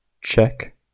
check